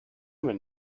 when